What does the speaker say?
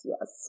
Yes